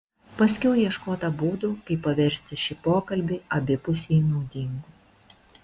paskiau ieškota būdų kaip paversti šį pokalbį abipusiai naudingu